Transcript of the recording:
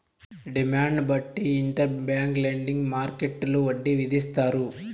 డిమాండ్ను బట్టి interbank lending మార్కెట్టులో వడ్డీ విధిస్తారు